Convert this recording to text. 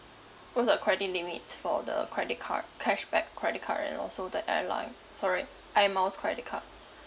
what's the credit limit for the credit card cashback credit card and also the airline sorry air miles credit card